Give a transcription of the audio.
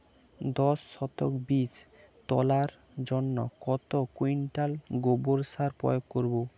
দশ শতক বীজ তলার জন্য কত কুইন্টাল গোবর সার প্রয়োগ হয়?